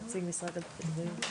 טוב.